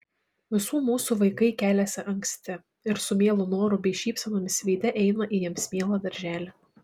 visų mūsų vaikai keliasi anksti ir su mielu noru bei šypsenomis veide eina į jiems mielą darželį